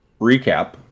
recap